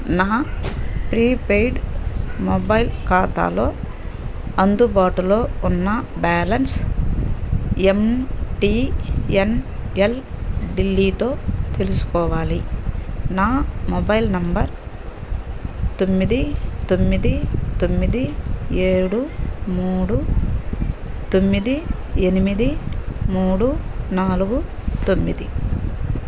నా prepaid mobile ఖాతాలో అందుబాటులో ఉన్న balance M T N L ఢిల్లీతో తెలుసుకోవాలి నా మొబైల్ నంబర్ తొమ్మిది తొమ్మిది తొమ్మిది ఏడు మూడు తొమ్మిది ఎనిమిది మూడు నాలుగు తొమ్మిది